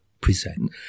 present